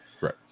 Right